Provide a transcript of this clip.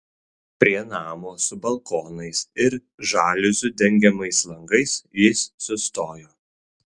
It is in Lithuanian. prie namo su balkonais ir žaliuzių dengiamais langais jis sustojo